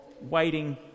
waiting